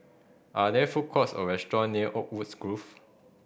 are there food courts or restaurant near Oakwood's Grove